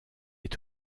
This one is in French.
est